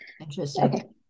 Interesting